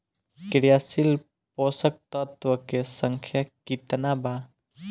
क्रियाशील पोषक तत्व के संख्या कितना बा?